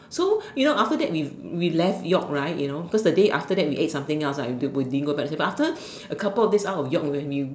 so you know after that we we left York right you know cause the day after that we ate something else right we didn't we didn't go back so but after a couple of days out of York when we